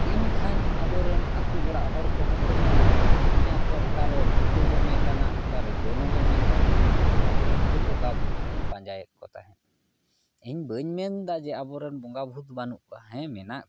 ᱤᱱᱠᱷᱟᱱ ᱟᱵᱚ ᱨᱮᱱ ᱟᱛᱳ ᱚᱲᱟᱜ ᱦᱚᱲ ᱠᱚᱦᱚᱸ ᱠᱚ ᱢᱮᱱᱟ ᱢᱮᱱᱟᱠᱚ ᱚᱠᱟᱨᱮ ᱵᱷᱩᱹᱛᱮ ᱡᱚᱢᱮ ᱠᱟᱱᱟ ᱚᱠᱟᱨᱮ ᱰᱟᱹᱱᱮ ᱡᱚᱢᱮ ᱠᱟᱱᱟ ᱟᱫᱚ ᱩᱱᱫᱚ ᱵᱚᱸᱜᱟ ᱵᱷᱩᱛ ᱵᱚᱱ ᱯᱟᱸᱡᱟᱭᱮᱫ ᱠᱚ ᱛᱟᱦᱮᱸᱫ ᱤᱧ ᱵᱟᱹᱧ ᱢᱮᱱᱮᱫᱟ ᱡᱮ ᱟᱵᱚᱨᱮᱱ ᱵᱚᱸᱜᱟ ᱵᱷᱩᱛ ᱵᱟᱹᱱᱩᱜ ᱠᱚᱣᱟ ᱦᱮᱸ ᱢᱮᱱᱟᱜ ᱠᱚᱣᱟ